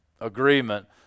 agreement